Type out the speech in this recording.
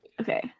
Okay